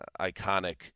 iconic